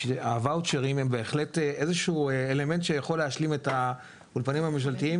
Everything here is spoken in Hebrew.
שהוואוצ'רים הם בהחלט איזשהו אלמנט שיכול להשלים את האולפנים הממשלתיים,